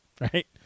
Right